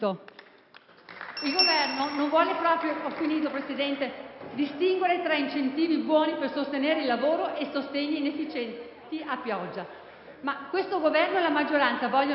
Il Governo non vuole proprio distinguere tra incentivi buoni per sostenere il lavoro e sostegni inefficienti a pioggia. Questo Governo e la maggioranza vogliono capire